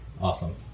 Awesome